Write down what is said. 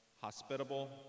hospitable